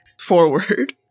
forward